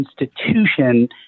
institution